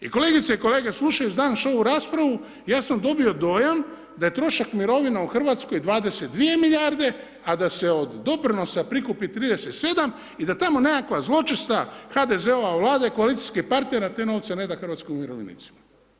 I kolegice i kolege slušajući danas ovu raspravu ja sam dobio dojam da je trošak mirovina u Hrvatskoj 22 milijarde, a da se od doprinosa prikupi 37 i da tamo nekakva zločesta HDZ-ova Vlada i koalicijskih partnera te novce ne da hrvatskim umirovljenicima.